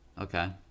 Okay